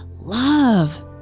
love